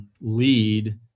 lead